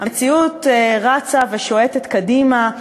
המציאות רצה ושועטת קדימה.